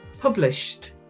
published